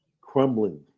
crumbling